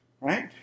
Right